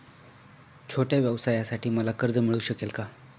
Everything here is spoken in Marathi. छोट्या व्यवसायासाठी मला कर्ज मिळू शकेल का?